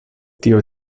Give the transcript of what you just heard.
tio